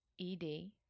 ED